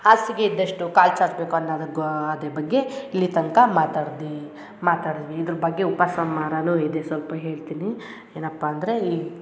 ಹಾಸಿಗೆ ಇದ್ದಷ್ಟು ಕಾಲು ಚಾಚಬೇಕು ಅನ್ನೋ ಗಾದೆ ಬಗ್ಗೆ ಇಲ್ಲಿ ತನಕ ಮಾತಾಡ್ದಿ ಮಾತಾಡಿದ್ವಿ ಇದ್ರ ಬಗ್ಗೆ ಉಪಸಂಹಾರವೂ ಇದೆ ಸ್ವಲ್ಪ ಹೇಳ್ತೀನಿ ಏನಪ್ಪ ಅಂದರೆ ಈ